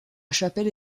chapelle